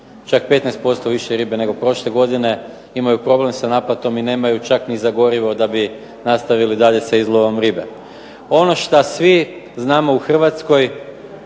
čak 15% više ribe nego prošle godine. Imaju problem sa naplatom i nemaju čak ni za gorivo da bi nastavili dalje sa izlovom ribe. Ono što svi znamo u Hrvatskoj